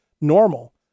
normal